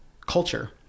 culture